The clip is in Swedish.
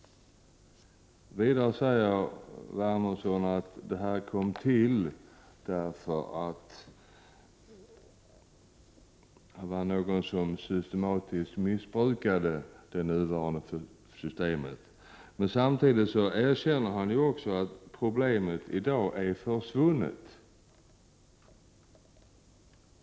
Vidare säger Wernersson att förslaget lades fram därför att det fanns de som systematiskt missbrukade det nuvarande systemet. Men samtidigt erkänner han att problemet i dag är försvunnet.